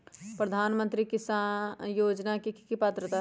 प्रधानमंत्री योजना के की की पात्रता है?